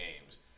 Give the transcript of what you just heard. games